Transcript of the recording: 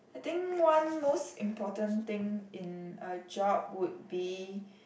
I think one most important thing in a job would be